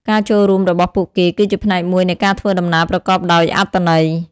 ការចូលរួមរបស់ពួកគេគឺជាផ្នែកមួយនៃការធ្វើដំណើរប្រកបដោយអត្ថន័យ។